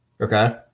Okay